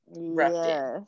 yes